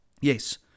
Yes